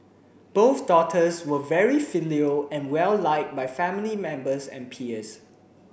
both daughters were very filial and well liked by family members and peers